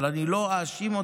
אבל אני לא אאשים אותם.